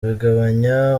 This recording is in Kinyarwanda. bigabanya